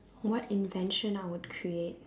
what invention I would create